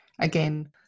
Again